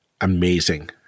amazing